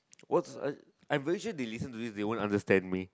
what's uh I very sure they listen to this they won't understand me